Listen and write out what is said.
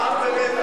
העם במתח,